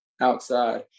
outside